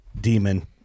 demon